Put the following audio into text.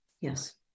Yes